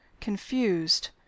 confused